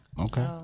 Okay